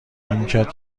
میکرد